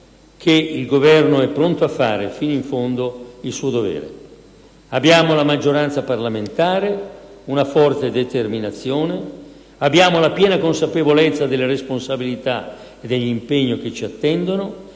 il Governo è pronto a fare fino in fondo il suo dovere. Abbiamo la maggioranza parlamentare, una forte determinazione, abbiamo la piena consapevolezza delle responsabilità e dell'impegno che ci attendono